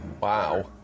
Wow